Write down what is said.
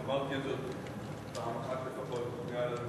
אני חושב שאמרתי זאת פעם אחת לפחות מעל הדוכן: